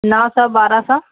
نو سو بارہ سو